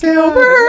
Silver